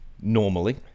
normally